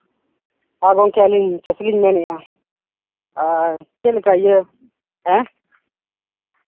ᱦᱮᱸ ᱜᱚᱢᱠᱮ ᱟᱹᱞᱤᱧ ᱪᱟᱹᱥᱤᱞᱤᱧ ᱢᱮᱱᱮᱫᱼᱟ ᱟᱨ ᱪᱮᱫ ᱞᱮᱠᱟ ᱤᱭᱟᱹ ᱦᱮᱸ